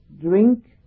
drink